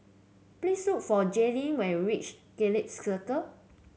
please look for Jaylin when you reach Gallop Circus